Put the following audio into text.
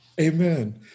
Amen